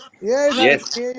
Yes